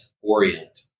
Orient